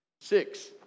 six